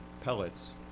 pellets